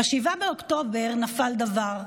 ב-7 באוקטובר נפל דבר.